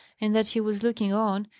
and that he was looking on,